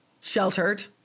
sheltered